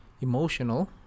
emotional